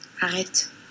Arrête